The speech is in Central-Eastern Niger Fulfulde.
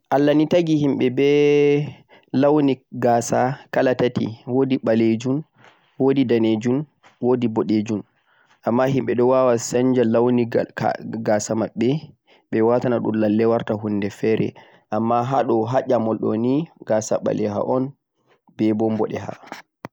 Allah nii tagi hemɓe ɓe launii gasa kala tati wodi ɓalejun, wodi danejun wodi boo boɗejum